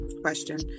question